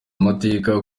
amateka